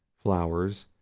flowers,